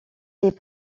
les